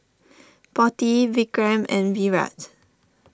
Potti Vikram and Virat